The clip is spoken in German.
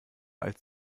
als